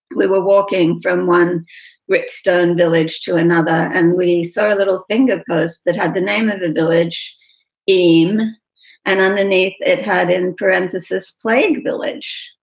we were walking from one stone village to another and we saw a little finger post that had the name of the village ame and underneath it had in parentheses plague village.